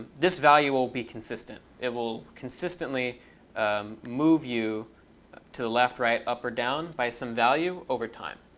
this value will be consistent. it will consistently move you to the left, right, up, or down by some value over time.